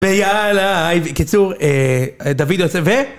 ויאללה, קיצור, דוד עוצב ו...